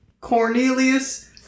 Cornelius